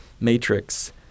matrix